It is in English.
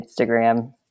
instagram